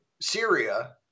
Syria